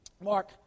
Mark